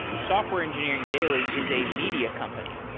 software engineering daily is a media company,